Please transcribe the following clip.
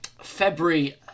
February